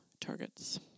targets